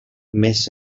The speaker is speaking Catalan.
més